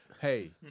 Hey